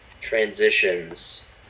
transitions